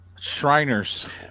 Shriners